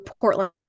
Portland